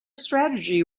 strategy